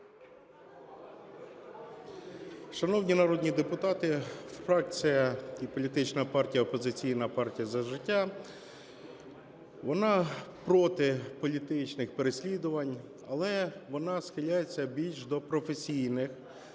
Шановні народні депутати, фракція і політична партія "Опозиційна платформа - За життя", вона проти політичних переслідувань, але вона схиляється більш до професійних